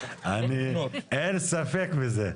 אין ספק בזה.